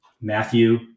Matthew